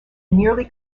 nearly